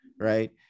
right